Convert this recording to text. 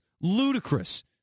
Ludicrous